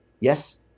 Yes